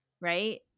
Right